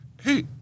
Hey